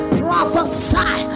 prophesy